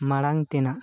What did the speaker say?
ᱢᱟᱲᱟᱝ ᱛᱮᱱᱟᱜ